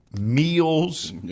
meals